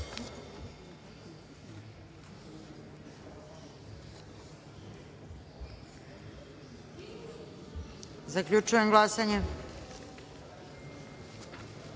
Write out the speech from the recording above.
DS.Zaključujem glasanje: